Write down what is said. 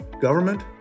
government